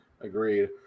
Agreed